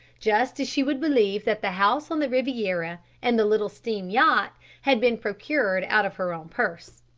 just as she would believe that the house on the riviera and the little steam-yacht had been procured out of her own purse.